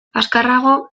azkarrago